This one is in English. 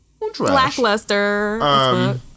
blackluster